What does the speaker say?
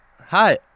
Hi